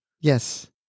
Yes